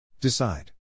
Decide